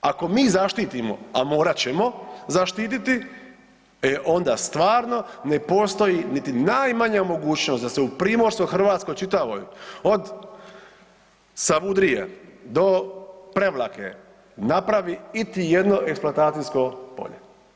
Ako mi zaštitimo, a morat ćemo zaštititi, e onda stvarno ne postoji niti najmanja mogućnost da se u Primorskoj Hrvatskoj čitavoj od Savudrije do Prevlake napravi iti jedno eksploatacijsko polje.